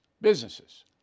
businesses